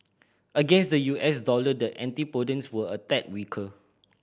against the U S dollar the antipodeans were a tad weaker